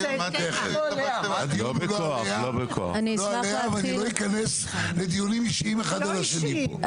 -- לא עליה ואני לא אכניס לדיונים אישיים אחד על השני פה,